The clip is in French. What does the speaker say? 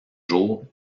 jours